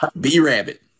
B-Rabbit